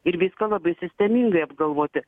ir viską labai sistemingai apgalvoti